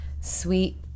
sweet